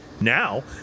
now